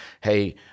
hey